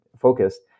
focused